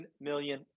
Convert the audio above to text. million